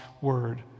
word